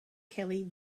kelly